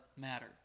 matter